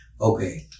Okay